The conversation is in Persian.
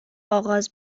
آغاز